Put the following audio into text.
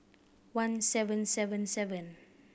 one seven seven seven